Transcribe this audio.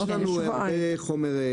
יש לנו הרבה חומר.